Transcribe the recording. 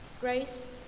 grace